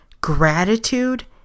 Gratitude